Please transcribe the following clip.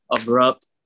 abrupt